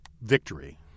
victory